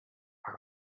are